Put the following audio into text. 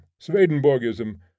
Swedenborgism